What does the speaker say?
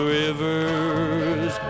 rivers